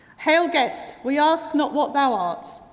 hail guest, we ask not what thou art,